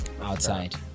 outside